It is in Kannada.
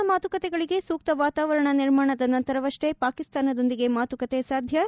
ಸಂಧಾನ ಮಾತುಕತೆಗಳಿಗೆ ಸೂಕ್ತ ವಾತಾವರಣ ನಿರ್ಮಾಣದ ನಂತರವಷ್ಷೇ ಪಾಕಿಸ್ತಾನದೊಂದಿಗೆ ಮಾತುಕತೆ ಸಾಧ್ಯ